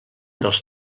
dels